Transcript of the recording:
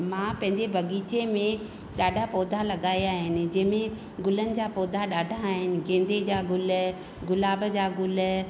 मां पहिंजे बगीचे में ॾाढा पौधा लॻाया आहिनि जंहिंमें गुलनि जा पौधा ॾाढा आहिनि गेंदे जा गुल गुलाब जा गुल